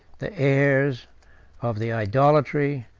the heirs of the idolatry,